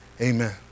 amen